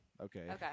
Okay